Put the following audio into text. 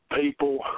people